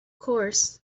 course